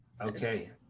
Okay